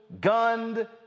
gunned